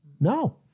No